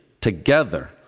together